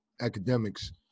academics